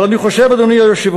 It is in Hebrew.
אבל אני חושב, אדוני היושב-ראש,